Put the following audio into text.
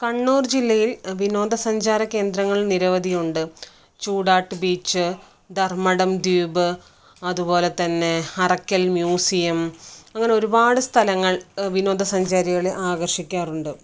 കണ്ണൂർ ജില്ലയിൽ വിനോദസഞ്ചാര കേന്ദ്രങ്ങൾ നിരവധിയുണ്ട് ചൂടാട്ട് ബീച്ച് ധർമടം ദ്വീപ് അതുപോലെ തന്നെ അറക്കൽ മ്യൂസിയം അങ്ങനെ ഒരുപാട് സ്ഥലങ്ങൾ വിനോദസഞ്ചാരികളെ ആകർഷിക്കാറുണ്ട്